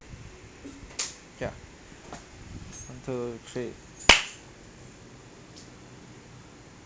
yeah one two three